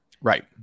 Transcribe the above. Right